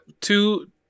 two